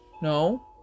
No